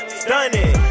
stunning